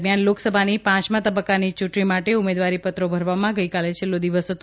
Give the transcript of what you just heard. દરમિયાન લોકસભાની પાંચમા તબક્કાની ચૂંટણી માટે ઉમેદવારી પત્રો ભરવામાં ગઈકાલે છેલ્લો દિવસ હતો